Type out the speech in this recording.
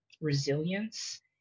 resilience